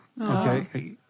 Okay